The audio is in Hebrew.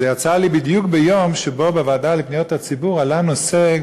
זה יצא לי בדיוק ביום שבו בוועדה לפניות הציבור עלה נושא,